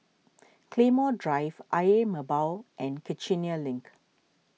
Claymore Drive Ayer Merbau Road and Kiichener Link